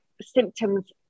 symptoms